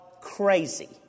crazy